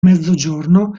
mezzogiorno